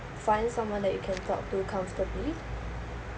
find someone that you can talk to comfortably